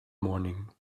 morning